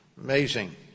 Amazing